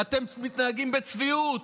אתם מתנהגים בצביעות.